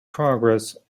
progress